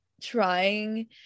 trying